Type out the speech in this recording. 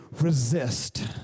resist